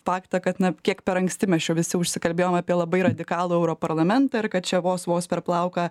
faktą kad na kiek per anksti mes čia visi užsikalbėjom apie labai radikalų europarlamentą ir kad čia vos vos per plauką